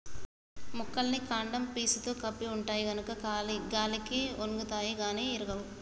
మొక్కలన్నీ కాండం పీసుతో కప్పి ఉంటాయి గనుక గాలికి ఒన్గుతాయి గాని ఇరగవు